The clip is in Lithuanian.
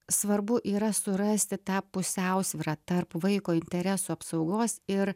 svarbu yra surasti tą pusiausvyrą tarp vaiko interesų apsaugos ir